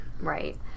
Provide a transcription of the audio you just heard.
Right